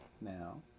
now